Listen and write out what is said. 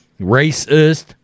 racist